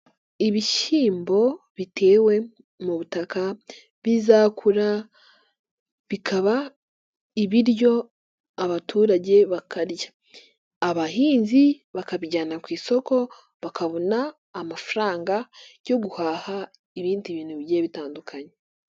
Ibishyimbo bitewe mu butaka bizakura bikaba ibiryo abaturage bakarya, abahinzi bakabijyana ku isoko bakabona amafaranga yo guhaha ibindi bintu bigiye bitandukanye.